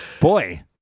boy